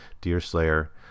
Deerslayer